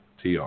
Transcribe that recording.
Tr